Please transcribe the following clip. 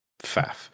faff